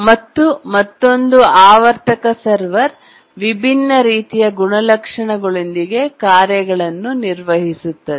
ಮತ್ತು ಮತ್ತೊಂದು ಆವರ್ತಕ ಸರ್ವರ್ ವಿಭಿನ್ನ ರೀತಿಯ ಗುಣಲಕ್ಷಣಗಳೊಂದಿಗೆ ಕಾರ್ಯಗಳನ್ನು ನಿರ್ವಹಿಸುತ್ತದೆ